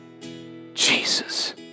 Jesus